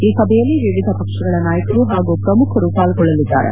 ಈ ಸಭೆಯಲ್ಲಿ ವಿವಿಧ ಪಕ್ಷಗಳ ನಾಯಕರು ಹಾಗೂ ಪ್ರಮುಖ ನಾಗರಿಕರು ಪಾಲ್ಗೊಳ್ಳಲಿದ್ದಾರೆ